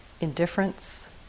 indifference